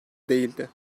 değildi